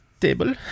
table